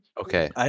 Okay